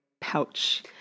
pouch